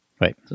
Right